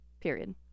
Period